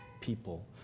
people